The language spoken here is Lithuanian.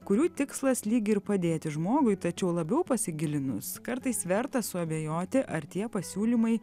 kurių tikslas lyg ir padėti žmogui tačiau labiau pasigilinus kartais verta suabejoti ar tie pasiūlymai